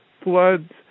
floods